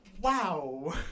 wow